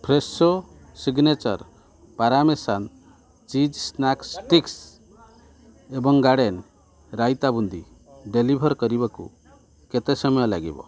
Fresho signature parmesan cheese snacks sticks ଏବଂ garden raita boondi deliver କରିବାକୁ କେତେ ସମୟ ଲାଗିବ